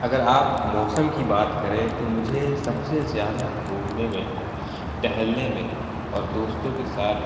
اگر آپ موسم کی بات کریں تو مجھے سب سے زیادہ گھومنے میں ٹہلنے میں اور دوستوں کے ساتھ